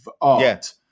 art